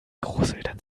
großeltern